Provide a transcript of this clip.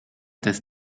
des